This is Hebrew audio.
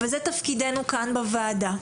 זה תפקידנו כאן בוועדה.